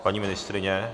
Paní ministryně?